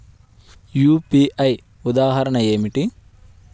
UPI ఉదాహరణ ఏమిటి?